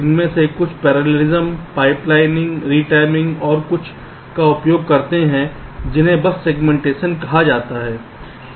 उनमें से कुछ पैरेललिज्म पाइपलाइनिंग रिटिमिंग और कुछ का उपयोग करते हैं जिन्हें बस सेगमेंटेशन कहा जाता है